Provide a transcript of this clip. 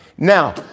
Now